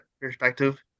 perspective